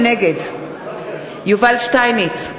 נגד יובל שטייניץ,